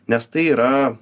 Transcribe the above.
nes tai yra